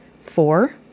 Four